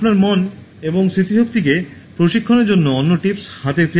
আপনার মন এবং স্মৃতিশক্তিকে প্রশিক্ষণের জন্য অন্য টিপস হাতের ক্রিয়াকলাপে মনোনিবেশ করুন